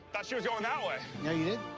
thought she was going that way.